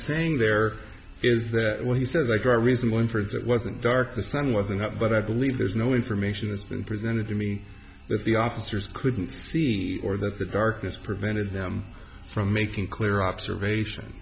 saying there is that what he said like a reasonable inference that wasn't dark the sun wasn't up but i believe there's no information that's been presented to me that the officers couldn't see or that the darkness prevented them from making clear observation